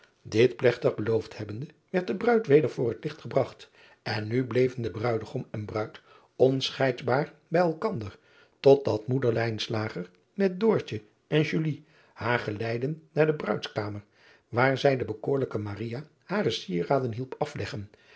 it plegtig beloofd hebbende werd de ruid weder voor het licht gebragt en nu bleven de ruidegom en driaan oosjes zn et leven van aurits ijnslager ruid onscheidbaar bij elkander tot dat oeder met en haar geleidden naar de ruidskamer waar zij de bekoorlijke hare sieraden hielpen afleggen